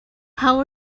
how